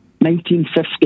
1950